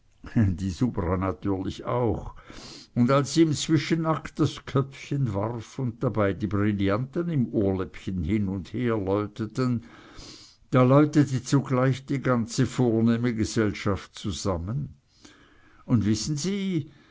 die subra natürlich auch und als sie im zwischenakt das köpfchen warf und dabei die brillanten im ohrläppchen hin und her läuteten da läutete sie zugleich die ganze vornehme gesellschaft zusammen und wissen sie